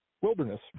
wilderness